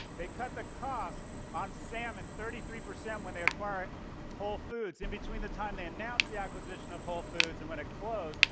they cut the cost on salmon thirty three percent when they acquired whole foods. in between the time they announced the acquisition of whole foods and when it closed,